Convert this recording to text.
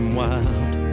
wild